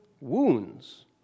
wounds